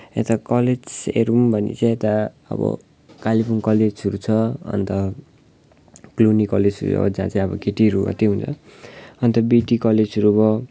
यता कलेज हेरौँ भने चाहिँ यता अब कालिम्पोङ कलेजहरू छ अन्त क्लुनी कलेजहरू अब जहाँ चाहिँ अब केटीहरू मात्रै हुन्छ अन्त बिटी कलेजहरू भयो